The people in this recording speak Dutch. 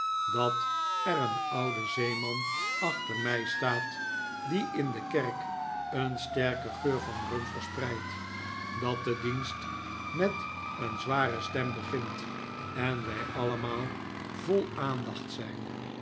dat er een oude zeeman achter mij staat die in de kerk een sterken geur van rum verspreidt dat de dienst met een zware stem begint en wij allemaal vol aandacht zijn